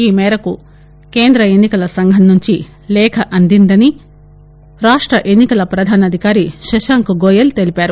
ఈమేరకు కేంద్ర ఎన్సికల సంఘం నుంచి లేఖ అందిందని రాష్ట ఎన్సికల ప్రధానాధికారి శశాంక్ గోయల్ తెలిపారు